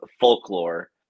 folklore